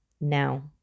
Now